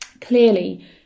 clearly